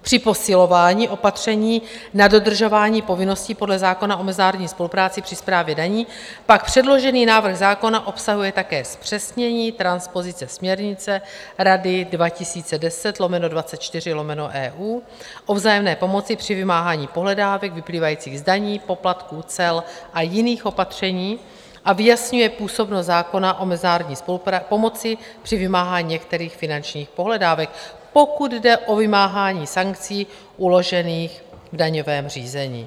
Při posilování opatření na dodržování povinností podle zákona o mezinárodní spolupráci při správě daní pak předložený návrh zákona obsahuje také zpřesnění transpozice směrnice Rady 2010/24/EU o vzájemné pomoci při vymáhání pohledávek vyplývajících z daní, poplatků, cel a jiných opatření a vyjasňuje působnost zákona o mezinárodní pomoci při vymáhání některých finančních pohledávek, pokud jde o vymáhání sankcí uložených v daňovém řízení.